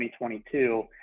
2022